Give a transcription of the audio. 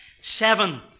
Seven